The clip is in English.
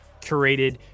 curated